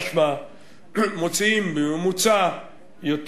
משמע מוציאים בממוצע יותר